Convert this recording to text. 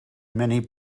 many